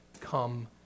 come